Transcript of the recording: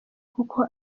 kuko